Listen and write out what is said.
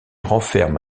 renferme